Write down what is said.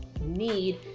need